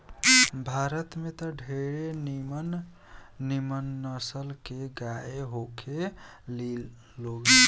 भारत में त ढेरे निमन निमन नसल के गाय होखे ली लोग